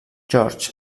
george